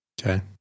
Okay